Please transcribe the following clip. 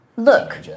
Look